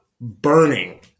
burning